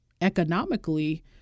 economically